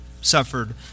suffered